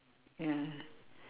ya